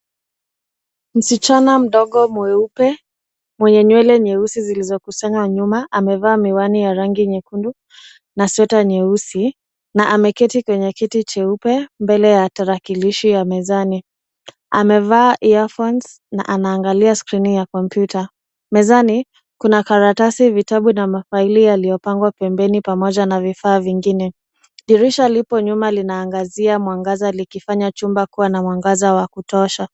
Msichana mdogo mweupe, mwenye nywele nyeusi zilizokusanywa nyuma, amevaa miwani ya rangi nyekundu na sweta nyeusi, na ameketi kwenye kiti cheupe mbele ya tarakilishi ya mezani. Amevaa (earphones) na anaangalia skrini ya kompyuta. Mezani kuna karatasi, vitabu na mafaili yaliyopangwa pembeni pamoja na vifaa vingine. Dirisha lipo nyuma linaangazia mwangaza, likifanya chumba kuwa na mwangaza wa kutosha.